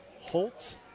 Holt